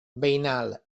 veïnal